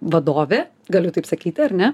vadovė galiu taip sakyti ar ne